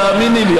תאמיני לי,